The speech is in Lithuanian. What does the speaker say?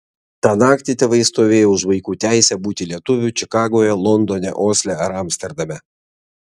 tą naktį tėvai stovėjo už vaikų teisę būti lietuviu čikagoje londone osle ar amsterdame